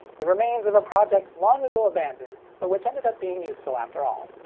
the remains of a project long ago abandoned, but which ended up being useful after all.